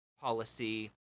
policy